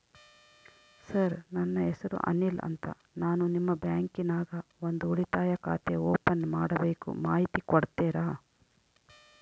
Sir ನನ್ನ ಹೆಸರು ಅನಿಲ್ ಅಂತ ನಾನು ನಿಮ್ಮ ಬ್ಯಾಂಕಿನ್ಯಾಗ ಒಂದು ಉಳಿತಾಯ ಖಾತೆ ಓಪನ್ ಮಾಡಬೇಕು ಮಾಹಿತಿ ಕೊಡ್ತೇರಾ?